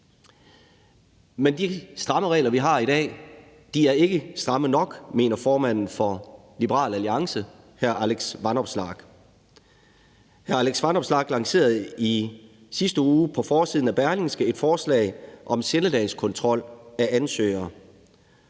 Men de stramme regler, vi har i dag, er ikke stramme nok, mener formanden for Liberal Alliance, hr. Alex Vanopslagh. Hr. Alex Vanopslagh lancerede i sidste uge på forsiden af Berlingske et forslag om sindelagskontrol af ansøgere,